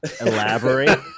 Elaborate